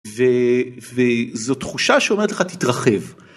וזו תחושה שאומרת לך, תתרחב.